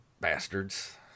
Bastards